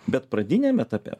bet pradiniam etape